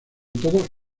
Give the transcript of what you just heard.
todo